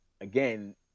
again